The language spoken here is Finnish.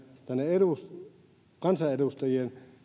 tänne kansanedustajien